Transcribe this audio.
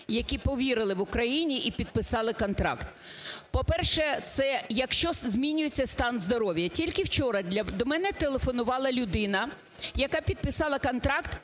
які повірили в Україні і підписали контракт. По-перше, це якщо змінюється стан здоров'я. Тільки вчора до мене телефонувала людина, яка підписала контракт,